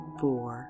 four